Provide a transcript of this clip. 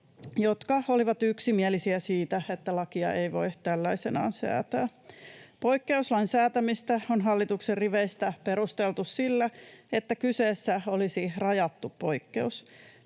jotka olivat yksimielisiä siitä, että lakia ei voi tällaisenaan säätää. Poikkeuslain säätämistä on hallituksen riveistä perusteltu sillä, että kyseessä olisi rajattu poikkeus.